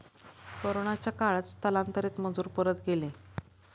कोरोनाच्या काळात स्थलांतरित मजूर परत गेले